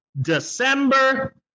December